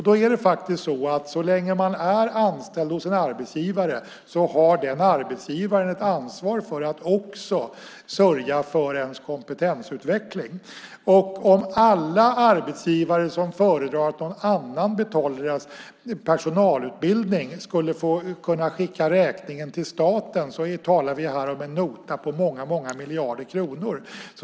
Då är det faktiskt så att så länge man är anställd hos en arbetsgivare har den arbetsgivaren ett ansvar för att också sörja för ens kompetensutveckling. Om alla arbetsgivare som föredrar att någon annan betalar personalutbildning skulle kunna få skicka räkningen till staten talar vi här om en nota på många miljarder kronor.